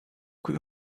kui